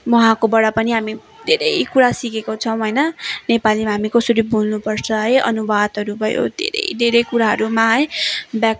उहाँकोबाट पनि हामी धेरै कुरा सिकेका छौँ होइन नेपालीमा हामी कसरी बोल्नु पर्छ है अनुवादहरू भयो धेरै धेरै कुराहरूमा है ब्याक